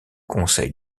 conseil